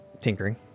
tinkering